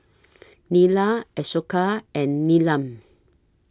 Neila Ashoka and Neelam